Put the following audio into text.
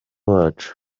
wacu